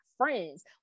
friends